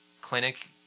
clinic